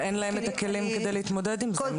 אבל אין להם הכלים כדי להתמודד עם זה.